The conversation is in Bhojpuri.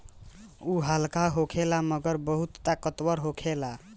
उ हल्का होखेला मगर बहुत ताकतवर होखेला